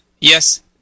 yes